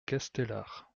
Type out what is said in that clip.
castellar